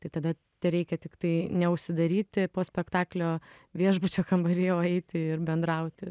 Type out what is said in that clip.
tai tada tereikia tiktai neužsidaryti po spektaklio viešbučio kambaryje o eiti ir bendrauti